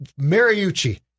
Mariucci